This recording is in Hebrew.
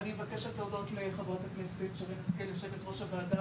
ואני מבקשת להודות לחברת הכנסת שרן השכל יושבת ראש הוועדה,